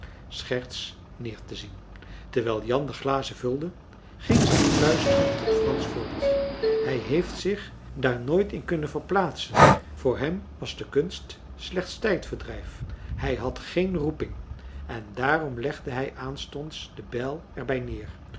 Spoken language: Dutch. neer te zien terwijl jan de glazen vulde ging zij fluisterend tot frans voort hij heeft zich daar nooit in kunnen verplaatsen voor hem was de kunst slechts een tijdverdrijf hij had geen roeping en daarom legde hij aanstonds de bijl er bij neer